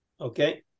okay